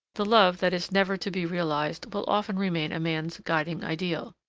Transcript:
the love that is never to be realized will often remain a man's guiding ideal.